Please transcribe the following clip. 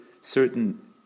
certain